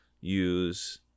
use